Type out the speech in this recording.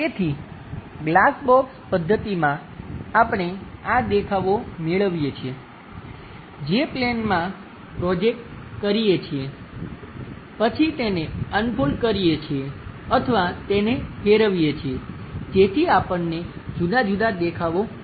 તેથી glass box પદ્ધતિમાં આપણે આ દેખાવો મેળવીએ છીએ જે પ્લેન માં પ્રોજેક્ટ કરીએ છીએ પછી તેને અનફોલ્ડ કરીએ છીએ અથવા તેને ફેરવીએ છીએ જેથી આપણને જુદા જુદા દેખાવો મળશે